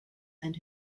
and